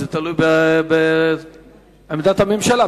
זה תלוי בעמדת הממשלה.